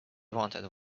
wanted